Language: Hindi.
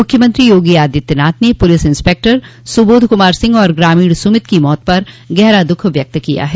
मुख्यमंत्री योगी आदित्यनाथ ने पुलिस इंस्पेक्टर सुबोध कुमार सिंह तथा ग्रामीण सुमित की मौत पर गहरा दुःख व्यक्त किया है